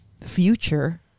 future